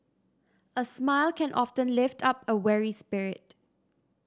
a smile can often lift up a weary spirit